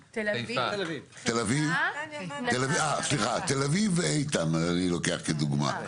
אה סליחה תל אביב ואיתן אני לוקח כדוגמה.